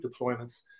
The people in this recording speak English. deployments